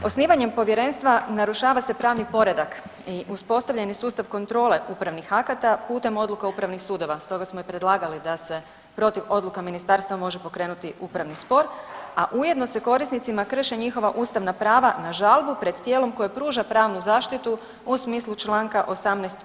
Osnivanjem povjerenstva narušava se pravni poredak i uspostavljen je sustav kontrole upravnih akata putem odluka upravnih sudova stoga smo i predlagali da se protiv odluka ministarstva može pokrenuti upravni spor, a ujedno se korisnicima krše njihova ustavna prava na žalbu pred tijelom koje pruža pravnu zaštitu u smislu Članka 18.